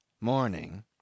Morning